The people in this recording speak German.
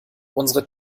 unsere